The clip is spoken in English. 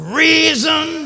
reason